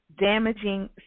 damaging